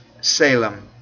Salem